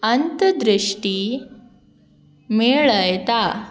अंतदृष्टी मेळयता